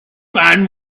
man